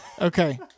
Okay